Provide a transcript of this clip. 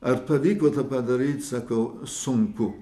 ar pavyko tą padaryti sakau sunku